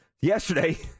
yesterday